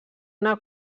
una